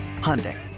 Hyundai